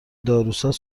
داروساز